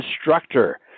instructor